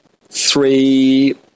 three